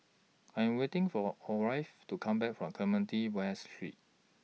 I'm waiting For Orvel to Come Back from Clementi West Street